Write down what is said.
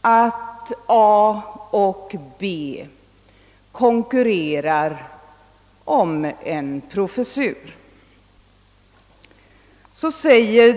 att A och B konkurrerar om en professur.